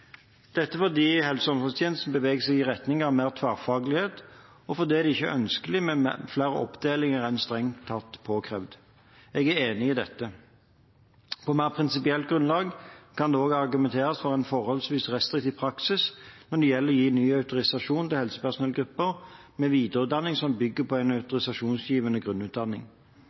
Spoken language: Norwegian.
dette fordi helse- og omsorgstjenesten beveger seg i retning av mer tverrfaglighet, og fordi det ikke er ønskelig med flere oppdelinger enn strengt påkrevet. Jeg er enig i dette. På mer prinsipielt grunnlag kan det også argumenteres for en forholdsvis restriktiv praksis når det gjelder å gi ny autorisasjon til helsepersonellgrupper med videreutdanning som bygger på en